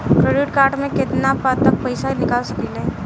Credit card से केतना तक पइसा निकाल सकिले?